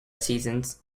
seasons